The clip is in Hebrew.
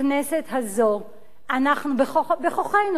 אנחנו בכוחנו.